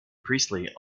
priestley